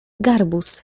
garbus